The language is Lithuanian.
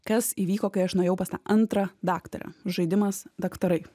kas įvyko kai aš nuėjau pas tą antrą daktarę žaidimas daktarai